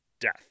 death